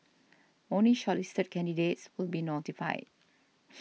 only shortlisted candidates will be notified